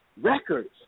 records